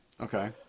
Okay